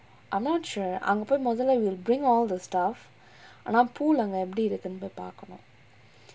I'm not sure அங்க போய் முதல்ல:anga poi mudhalla will bring all the stuff ஆனா:aanaa pool அங்க எப்டி இருக்குனு போய் பாக்கனு:anga epdi irukkunu poi paakkanu